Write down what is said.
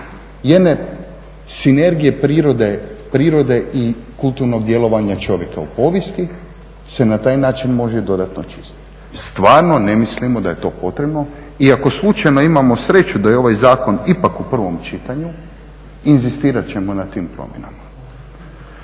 jedne sinergije prirode i kulturnog djelovanja čovjeka u povijesti se na taj način može dodatno …. Stvarno ne mislimo da je to potrebno i ako slučajno imamo sreću da je ovaj zakon ipak u prvom čitanju inzistirat ćemo na tim promjenama.